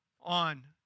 on